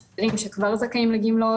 טוב שיהיה כי גם גובה השכירות עולה,